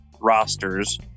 rosters